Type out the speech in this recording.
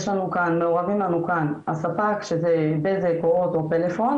מעורבים כאן הספק שזה בזק או הוט או פלאפון,